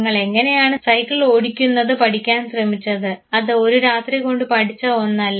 നിങ്ങൾ എങ്ങനെയാണ് സൈക്കിൾ ഓടിക്കുന്നത് പഠിക്കാൻ ശ്രമിച്ചത് അത് ഒരു രാത്രി കൊണ്ട് പഠിച്ച ഒന്നല്ല